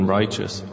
righteous